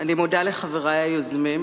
אני מודה לחברי היוזמים,